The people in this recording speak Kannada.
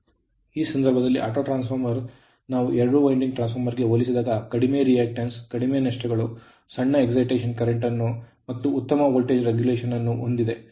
ಆದ್ದರಿಂದ ಈ ಸಂದರ್ಭದಲ್ಲಿ ಆಟೋಟ್ರಾನ್ಸ್ ಫಾರ್ಮರ್ ನಾವು ಎರಡು winding ಟ್ರಾನ್ಸ್ ಫಾರ್ಮರ್ ಗೆ ಹೋಲಿಸಿದಾಗ ಕಡಿಮೆ reactance ಕಡಿಮೆ ನಷ್ಟಗಳು ಸಣ್ಣ excitation current ಅನ್ನು ಮತ್ತು ಉತ್ತಮ ವೋಲ್ಟೇಜ್ regulation ಹೊಂದಿದೆ